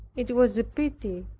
it was a pity,